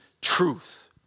truth